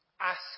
Ask